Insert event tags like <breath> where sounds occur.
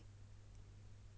<breath> oh well ok bye bye